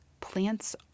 Plants